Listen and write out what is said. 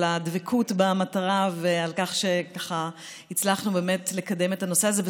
על הדבקות במטרה ועל כך שהצלחנו באמת לקדם את הנושא הזה.